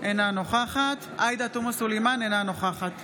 אינה נוכחת עאידה תומא סלימאן, אינה נוכחת